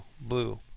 Blue